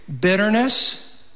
Bitterness